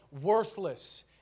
worthless